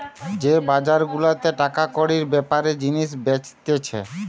যে বাজার গুলাতে টাকা কড়ির বেপারে জিনিস বেচতিছে